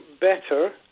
better